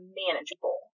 manageable